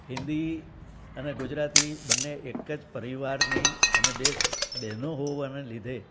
તો હિન્દી અને ગુજરાતી બંને એક જ પરિવારની અને બે બહેનો હોવાને લીધે